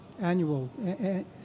annual